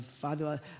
father